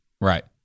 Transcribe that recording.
Right